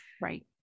right